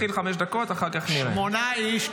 שמונה איש,